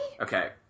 Okay